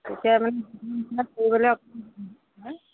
তেতিয়া মানে